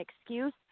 excuse